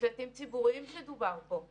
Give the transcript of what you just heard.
מקלטים ציבוריים שדובר עליהם פה,